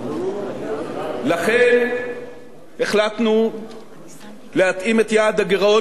לכן החלטנו להתאים את יעד הגירעון למציאות הלא-קלה